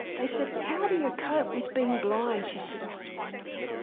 they said, how do you cope with being blind? she said, oh, it's wonderful.